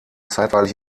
zeitweilig